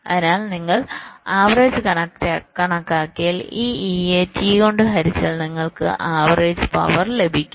അതിനാൽ നിങ്ങൾ ആവറേജ് കണക്കാക്കിയാൽ ഈ E യെ T കൊണ്ട് ഹരിച്ചാൽ നിങ്ങൾക്ക് ആവറേജ് പവർ ലഭിക്കും